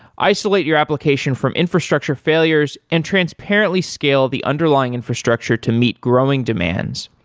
isolate your application from infrastructure failures and transparently scale the underlying infrastructure to meet growing demands,